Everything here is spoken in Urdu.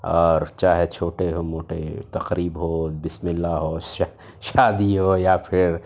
اور چاہے چھوٹے ہو موٹے تقریب ہو بسم اللہ ہو شا شادی ہو یا پھر